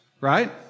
Right